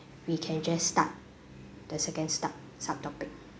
we can just start the second stub~ subtopic